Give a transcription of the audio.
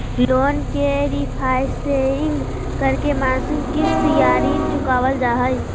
loan के refinancing करके मासिक किस्त या ऋण चुकावल जा हय